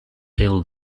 hill